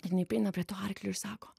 jinai prieina prie to arklio ir sako